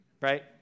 right